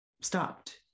stopped